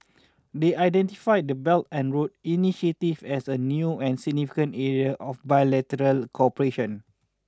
they identified the Belt and Road initiative as a new and significant area of bilateral cooperation